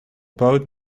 boot